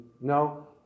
No